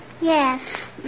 Yes